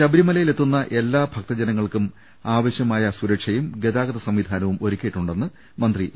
ശബരിമലയിലെത്തുന്ന എല്ലാ ഭക്തജനങ്ങൾക്കും ആവശ്യമായ സൂരക്ഷയും ഗതാഗത്യ സംവിധാനവും ഒരുക്കിയിട്ടുണ്ടെന്ന് മന്ത്രി എ